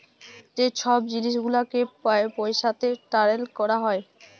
যে ছব জিলিস গুলালকে পইসাতে টারেল ক্যরা হ্যয়